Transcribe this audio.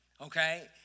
Okay